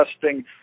testing